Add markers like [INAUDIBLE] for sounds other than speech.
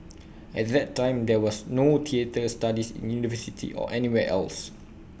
[NOISE] at that time there was no theatre studies in university or anywhere else